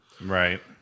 Right